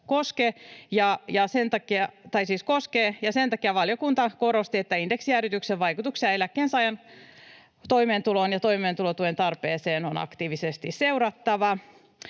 ja sen takia valiokunta korosti, että indeksijäädytyksen vaikutuksia eläkkeensaajan toimeentuloon ja toimeentulotuen tarpeeseen on aktiivisesti seurattava.